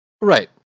right